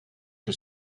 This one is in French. que